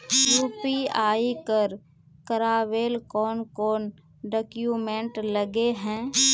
UPI कर करावेल कौन कौन डॉक्यूमेंट लगे है?